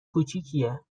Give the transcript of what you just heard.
کوچیکیه